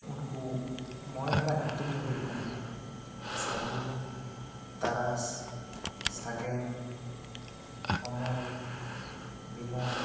ᱩᱱᱠᱩ ᱢᱚᱬᱮ ᱦᱚᱲᱟᱜ ᱧᱩᱛᱩᱢ ᱫᱚ ᱦᱩᱭᱩᱜ ᱠᱟᱱᱟ ᱥᱟᱹᱜᱩᱱ ᱛᱟᱨᱟᱥ ᱥᱟᱜᱮᱱ ᱚᱢᱚᱞ ᱵᱤᱢᱚᱞ